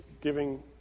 giving